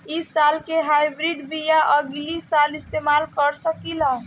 इ साल के हाइब्रिड बीया अगिला साल इस्तेमाल कर सकेला?